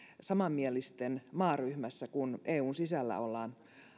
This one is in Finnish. samanmielisten maaryhmässä kun eun sisällä ollaan